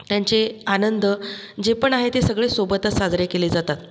त्यांचे आनंद जे पण आहे ते सगळे सोबतच साजरे केले जातात